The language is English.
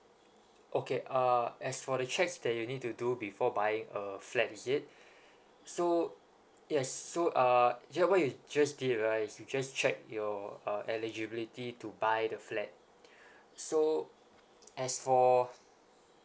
okay uh as for the checks that you need to do before buying a flat is it so yes so err uh you what you just need right is you just check your uh eligibility to buy the flat so as for